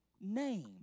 name